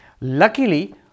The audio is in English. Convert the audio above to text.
Luckily